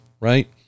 Right